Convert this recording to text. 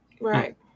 Right